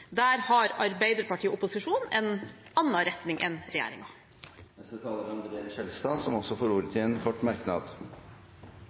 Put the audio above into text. Der har Arbeiderpartiet i opposisjon en annen retning enn regjeringen. André N. Skjelstad har hatt ordet to ganger tidligere og får ordet